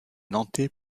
nantais